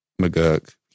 McGurk